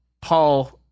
Paul